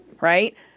Right